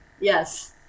Yes